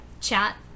chat